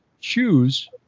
choose